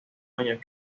años